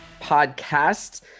podcast